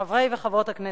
חברי וחברות הכנסת,